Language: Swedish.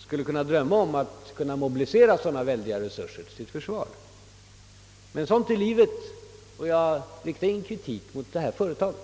skulle drömma om att kunna mobilisera sådana väldiga resurser till sitt försvar — men sådant är livet och jag riktar därför ingen kritik mot detta företag.